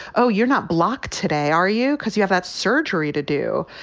oh, you're not blocked today, are you, because you have had surgery to do.